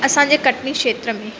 असांजे कटनी क्षेत्र में